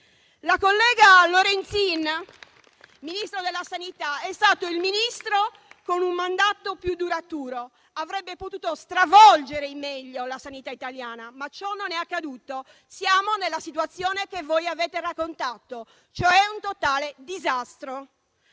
La collega Lorenzin, ministro della sanità, è stato il Ministro con il mandato più duraturo: avrebbe potuto stravolgere in meglio la sanità italiana, ma ciò non è accaduto. Siamo nella situazione che voi avete raccontato, cioè in un totale disastro.